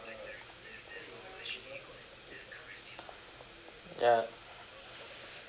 ya